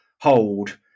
hold